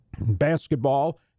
Basketball